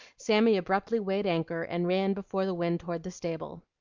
sammy abruptly weighed anchor and ran before the wind toward the stable.